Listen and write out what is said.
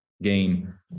game